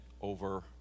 over